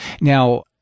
Now